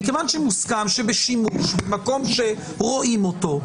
מכיוון שמוסכם שבשימוש במקום שרואים אותו,